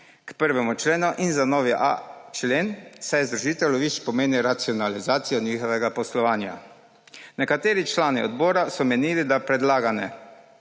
k 1. členu in za novi a člen, saj združitev lovišč pomeni racionalizacijo njihovega poslovanja. Nekateri člani odbora so menili, da predlagana